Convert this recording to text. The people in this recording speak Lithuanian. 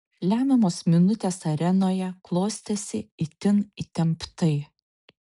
lemiamos minutės arenoje klostėsi itin įtemptai